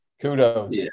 Kudos